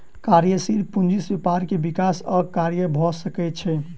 कार्यशील पूंजी से व्यापार के विकास आ कार्य भ सकै छै